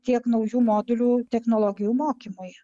tiek naujų modulių technologijų mokymui